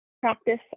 practice